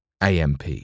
AMP